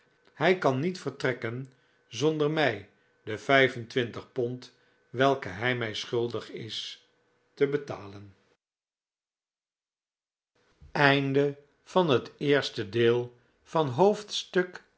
hij kan niet vertrekken zonder mij de pond welke hij mij schuldig is te betalen